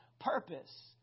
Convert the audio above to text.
purpose